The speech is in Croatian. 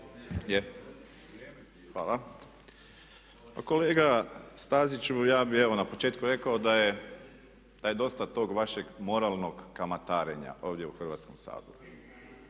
Hvala. Pa kolega Staziću, ja bih evo na početku rekao da je, da je dosta tog vašeg moralnog kamatarenja ovdje u Hrvatskom saboru.